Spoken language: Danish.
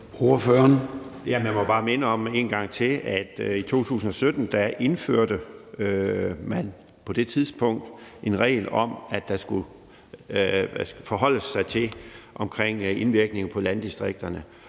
Jeg må bare minde om en gang til, at i 2017 indførte man en regel om, at man skulle forholde sig til indvirkningerne på landdistrikterne,